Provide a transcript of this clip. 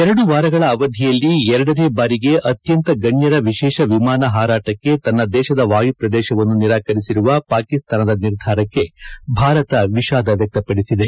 ಎರಡು ವಾರಗಳ ಅವಧಿಯಲ್ಲಿ ಎರಡನೇ ಬಾರಿಗೆ ಅತ್ಯಂತ ಗಣ್ಯರ ವಿಶೇಷ ವಿಮಾನ ಹಾರಾಟಕ್ಕೆ ತನ್ನ ದೇಶದ ವಾಯು ಪ್ರದೇಶವನ್ನು ನಿರಾಕರಿಸಿರುವ ಪಾಕಿಸ್ತಾನದ ನಿರ್ಧಾರಕ್ಕೆ ಭಾರತ ವಿಷಾದ ವ್ಯಕ್ತಪಡಿಸಿದೆ